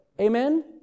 Amen